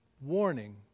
warning